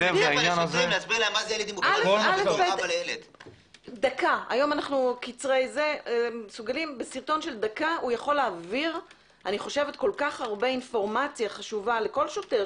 בסרטון של דקה הוא יכול להעביר כל כך הרבה מידע חשוב לכל שוטר,